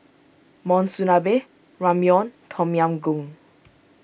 Monsunabe Ramyeon Tom Yam Goong